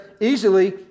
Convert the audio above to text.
easily